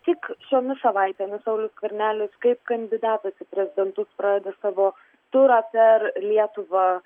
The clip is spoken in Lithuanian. tik šiomis savaitėmis saulius skvernelis kaip kandidatas į prezidentus pradeda savo turą per lietuvą